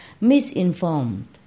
misinformed